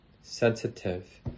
sensitive